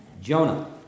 Jonah